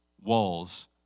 walls